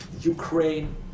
Ukraine